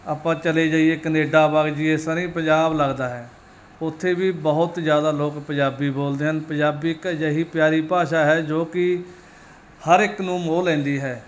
ਆਪਾਂ ਚਲੇ ਜਾਈਏ ਕਨੇਡਾ ਵਗ ਜਾਈਏ ਸਰੀ ਪੰਜਾਬ ਲੱਗਦਾ ਹੈ ਉੱਥੇ ਵੀ ਬਹੁਤ ਜ਼ਿਆਦਾ ਲੋਕ ਪੰਜਾਬੀ ਬੋਲਦੇ ਹਨ ਪੰਜਾਬੀ ਇੱਕ ਅਜਿਹੀ ਪਿਆਰੀ ਭਾਸ਼ਾ ਹੈ ਜੋ ਕਿ ਹਰ ਇੱਕ ਨੂੰ ਮੋਹ ਲੈਂਦੀ ਹੈ